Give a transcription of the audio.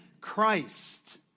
Christ